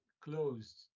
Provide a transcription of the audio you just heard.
closed